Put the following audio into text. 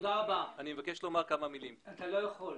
מהדיון האחרון